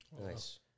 Nice